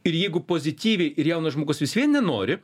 ir jeigu pozityviai ir jaunas žmogus vis vien nenori